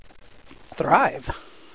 thrive